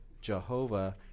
Jehovah